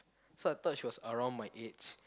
so I thought she was around my age